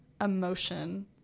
emotion